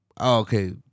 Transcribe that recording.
Okay